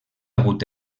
hagut